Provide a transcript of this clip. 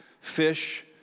fish